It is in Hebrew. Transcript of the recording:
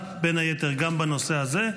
בין היתר גם בנושא הזה.